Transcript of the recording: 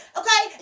okay